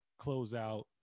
closeout